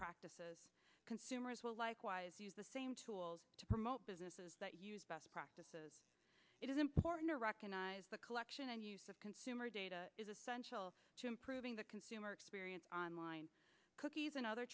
practices consumers will likewise use the same tools to promote businesses that use best practices it is important to recognize the collection and use of consumer data is essential to improving the consumer experience on line cookies and other